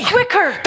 Quicker